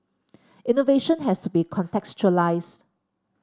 innovation has to be contextualised